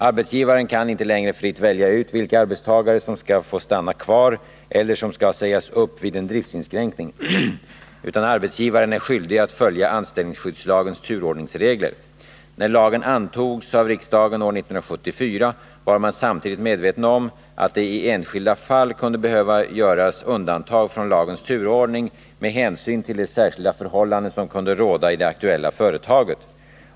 Arbetsgivaren kan inte längre fritt välja ut vilka arbetstagare som skall få stanna kvar eller som skall sägas upp vid en driftsinskränkning, utan arbetsgivaren är skyldig att följa anställningsskyddslagens turordningsregler. Närlagen antogs av riksdagen år 1974 var man samtidigt medveten om att det i enskilda fall kunde behöva göras undantag från lagens turordning med hänsyn till de särskilda förhållanden som kunde råda i det aktuella företaget.